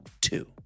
two